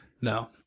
No